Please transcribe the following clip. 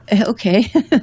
Okay